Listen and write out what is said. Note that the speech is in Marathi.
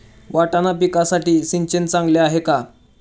वाटाणा पिकासाठी सिंचन चांगले आहे का?